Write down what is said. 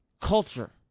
culture